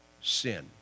Sin